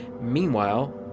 meanwhile